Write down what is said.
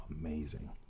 amazing